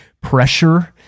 pressure